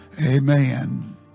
Amen